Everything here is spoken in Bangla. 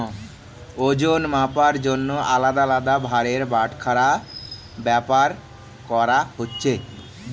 ওজন মাপার জন্যে আলদা আলদা ভারের বাটখারা ব্যাভার কোরা হচ্ছে